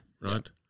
Right